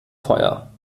feuer